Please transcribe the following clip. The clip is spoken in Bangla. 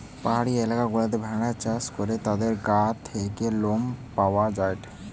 পাহাড়ি এলাকা গুলাতে ভেড়া চাষ করে তাদের গা থেকে লোম পাওয়া যায়টে